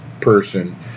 person